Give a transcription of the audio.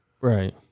Right